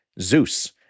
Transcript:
Zeus